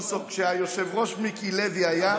כשהיושב-ראש מיקי לוי היה,